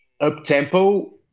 up-tempo